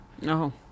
No